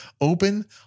open